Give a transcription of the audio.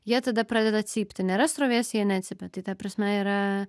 jie tada pradeda cypti nėra srovės jie necypia tai ta prasme yra